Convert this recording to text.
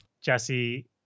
Jesse